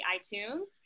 iTunes